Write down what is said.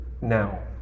now